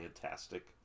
fantastic